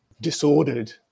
disordered